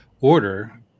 order